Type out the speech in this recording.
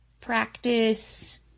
practice